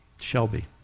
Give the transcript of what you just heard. Shelby